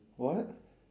what